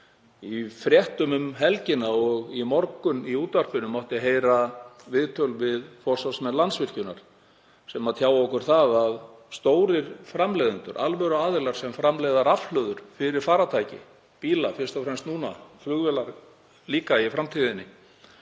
Í fréttum um helgina og í morgun í útvarpinu mátti heyra viðtöl við forsvarsmenn Landsvirkjunar sem tjá okkur að stórir framleiðendur, alvöruaðilar sem framleiða rafhlöður fyrir farartæki, bíla fyrst og fremst núna en líka flugvélar í framtíðinni,